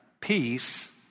peace